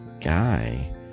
guy